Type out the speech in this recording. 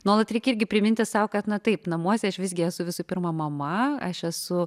nuolat reikia irgi priminti sau kad na taip namuose aš visgi esu visų pirma mama aš esu